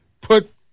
Put